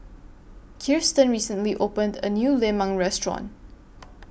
Kiersten recently opened A New Lemang Restaurant